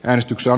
äänestyksen